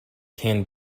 can